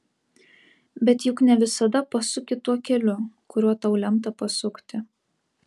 bet juk ne visada pasuki tuo keliu kuriuo tau lemta pasukti